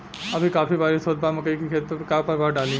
अभी काफी बरिस होत बा मकई के खेत पर का प्रभाव डालि?